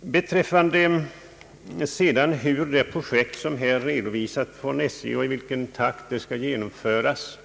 Beträffande det projekt som här redovisats från SJ:s sida och den takt i vilken projektet skall genomföras